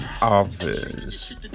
others